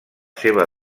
seva